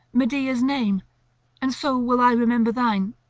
medea's name and so will i remember thine,